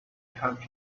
have